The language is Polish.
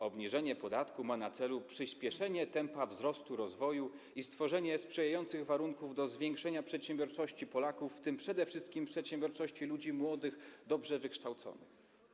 Obniżenie podatku ma na celu przyspieszenie tempa wzrostu rozwoju i stworzenie sprzyjających warunków do zwiększenia przedsiębiorczości Polaków, w tym przede wszystkim przedsiębiorczości ludzi młodych, dobrze wykształconych.